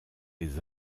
les